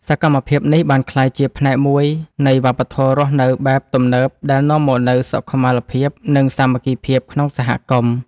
សកម្មភាពនេះបានក្លាយជាផ្នែកមួយនៃវប្បធម៌រស់នៅបែបទំនើបដែលនាំមកនូវសុខុមាលភាព និងសាមគ្គីភាពក្នុងសហគមន៍។